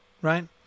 right